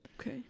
Okay